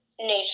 nature